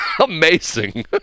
Amazing